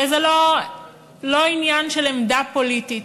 וזה לא עניין של עמדה פוליטית.